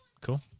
Cool